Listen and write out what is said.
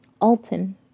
Alton